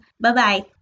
Bye-bye